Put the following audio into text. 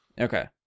Okay